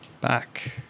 back